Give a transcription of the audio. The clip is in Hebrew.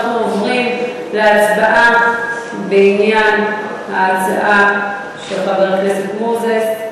אנחנו עוברים להצבעה בעניין ההצעה של חבר הכנסת מוזס,